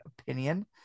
opinion